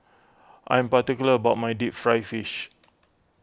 I'm particular about my Deep Fried Fish